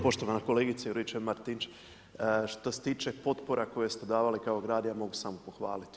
Poštovana kolegice Juričev-Martinčev, što se tiče potpora koje ste davali kao grad, ja mogu samo pohvaliti.